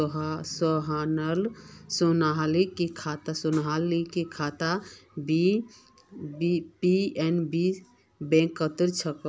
सोहनेर खाता पी.एन.बी बैंकत छेक